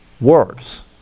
works